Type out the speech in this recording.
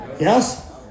Yes